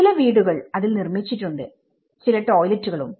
ചില വീടുകൾ അതിൽ നിർമ്മിച്ചിട്ടുണ്ട് ചില ടോയ്ലറ്റുകളും